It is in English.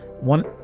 one